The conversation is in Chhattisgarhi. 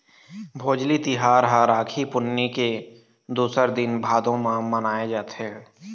भोजली तिहार ह राखी पुन्नी के दूसर दिन भादो म मनाए जाथे